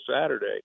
Saturday